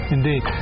Indeed